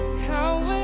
how